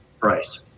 price